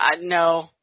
no